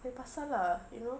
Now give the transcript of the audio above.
kau punya pasal lah you know